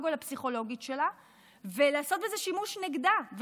או לפסיכולוגית שלה ולעשות בזה שימוש נגדה,